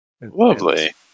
Lovely